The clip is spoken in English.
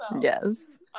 Yes